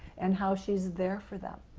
and how she is there for them,